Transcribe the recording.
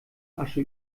asche